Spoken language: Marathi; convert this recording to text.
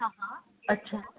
हा हा अच्छा